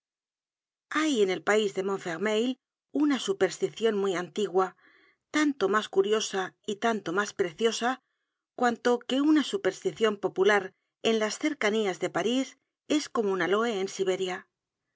hay en el país de montfermeil una supersticion muy antigua tanto mas curiosa y tanto mas preciosa cuanto que una supersticion popular en las cercanías de parís es como un aloe en siberia